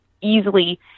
easily